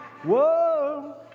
Whoa